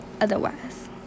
otherwise